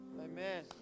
Amen